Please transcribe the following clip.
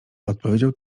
odpowiedział